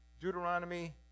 Deuteronomy